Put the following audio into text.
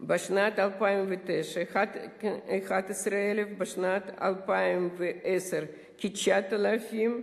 בשנת 2009, 11,000, בשנת 2010 חזרו כ-9,000,